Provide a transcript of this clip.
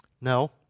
No